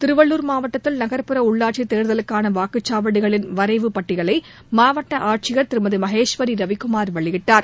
திருவள்ளூர் மாவட்டத்தில் நகர்ப்புற உள்ளாட்சித் தேர்தலுக்கான வாக்குச்சாவடிகளின் வரைவு பட்டியலை மாவட்ட ஆட்சியர் திருமதி மகேஸ்வரி ரவிக்குமார் வெளியிட்டார்